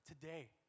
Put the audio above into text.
today